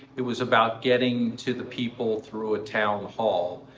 it was about getting to the people through a town hall,